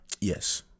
Yes